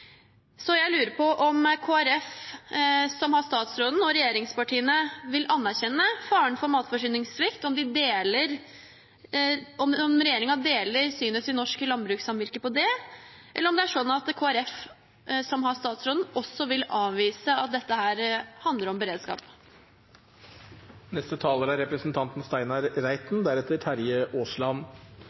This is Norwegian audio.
Så jeg lurer på om Kristelig Folkeparti, som har statsråden, og regjeringspartiene vil anerkjenne faren for matforsyningssvikt, om regjeringen deler synet til Norsk Landbrukssamvirke på det, eller om Kristelig Folkeparti, som har statsråden, også vil avvise at dette handler om beredskap. Representanten Steinar Reiten